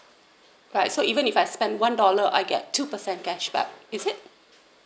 but so even if I spend one dollar I get two percent cashback is it